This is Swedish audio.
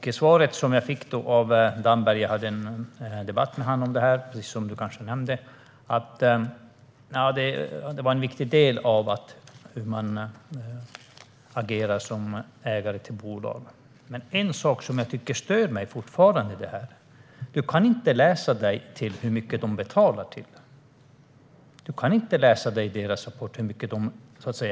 Det svar som jag fick från Mikael Damberg när jag hade en debatt med honom om detta var att detta är en viktig del av hur man agerar som ägare till bolag. Men en sak som fortfarande stör mig i detta är att man i deras årsredovisningar fortfarande inte kan läsa sig till hur mycket de betalar till intresseorganisationer. Du nämner